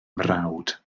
mrawd